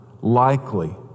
likely